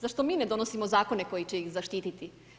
Zašto mi ne donosimo zakone koji će ih zaštititi?